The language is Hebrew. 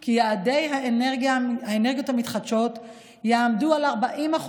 כי יעדי האנרגיות המתחדשות יעמדו על 40%,